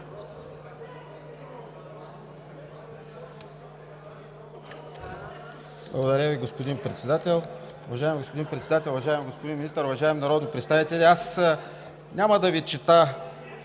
Благодаря Ви, господин Председател! Уважаеми господин Председател, уважаеми господин Министър, уважаеми народни представители! Аз няма да Ви чета